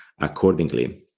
accordingly